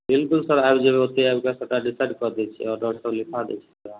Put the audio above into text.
बिलकुल सर आबि जेबय ओतय आबि कऽ सबटा डिसाइड कए दै छियै ऑर्डर सब लिखा दै छियै अहाँ